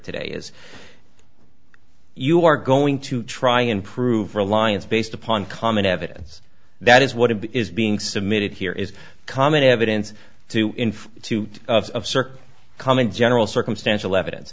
today is you are going to try and prove reliance based upon common evidence that is what is being submitted here is common evidence to infer to assert common general circumstantial evidence